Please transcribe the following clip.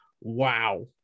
wow